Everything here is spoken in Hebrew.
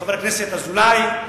לחבר הכנסת אזולאי,